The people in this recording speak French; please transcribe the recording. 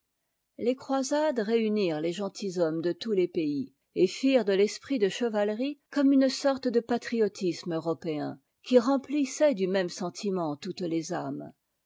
les croisades réunirent les gentilshommes de tous les pays et firent de l'esprit de chevalerie comme une sorte de patriotisme européen qui remplissait du même sentiment toutes lésâmes